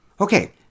Okay